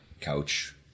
couch